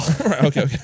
Okay